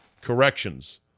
corrections